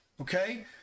okay